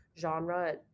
genre